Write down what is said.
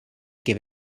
give